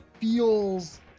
feels